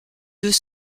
deux